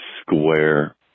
square